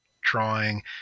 drawing